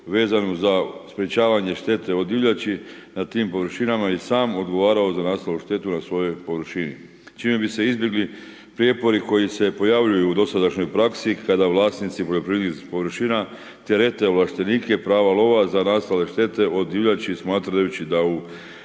vezanu za sprečavanje štete od divljači na tim površinama i sam odgovarao za nastalu štetu na svojoj površini čime bi se izbjegli prijepori koji se pojavljuju u dosadašnjoj praksi kada vlasnici poljoprivrednih površina terete ovlaštenike prava lova za nastale štete od divljači smatrajući da u